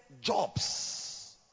jobs